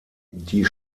die